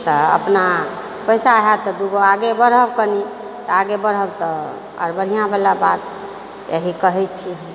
तऽ अपना पैसा हैत तऽ दूगो आगे बढ़ब कनी आगे बढ़ब तन आर बढ़िआंवला बात यही कहै छी